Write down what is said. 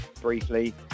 briefly